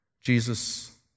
Jesus